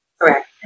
Correct